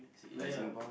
ya